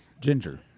Ginger